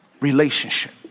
relationship